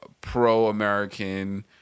pro-american